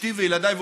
ואשתי וילדיי,